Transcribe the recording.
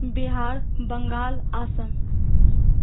بہار Bengal آسم